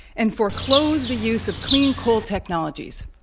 and foreclose the use of clean coal technologies.